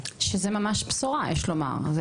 שזה ממש בשורה יש לומר.